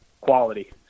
quality